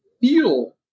feel